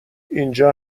اینجا